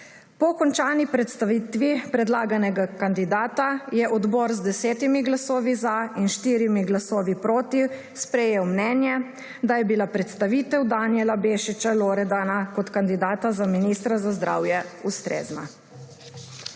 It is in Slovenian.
Po končani predstavitvi predlaganega kandidata je odbor z 10 glasovi za in 4 glasovi proti sprejel mnenje, da je bila predstavitev Danijela Bešiča Loredana kot kandidata za ministra za zdravje ustrezna.